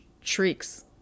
shrieks